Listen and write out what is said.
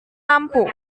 lampu